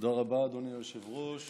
תודה רבה, אדוני היושב-ראש.